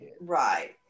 right